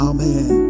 Amen